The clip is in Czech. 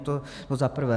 To za prvé.